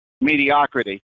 mediocrity